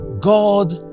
God